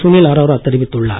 சுனில் அரோரா தெரிவித்துள்ளார்